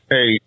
Hey